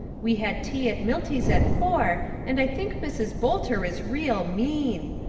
we had tea at milty's at four and i think mrs. boulter is real mean.